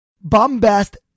bombast